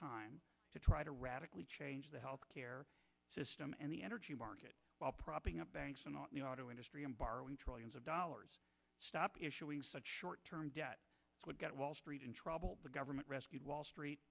time to try to radically change the health care system and the energy market while propping up banks and the auto industry and borrowing trillions of dollars stop issuing such short term debt would get wall street in trouble the government rescued wall street